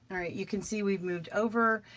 and right. you can see we've moved over,